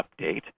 update